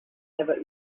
never